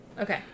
Okay